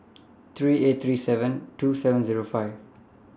three eight three seven two seven Zero five